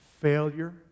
failure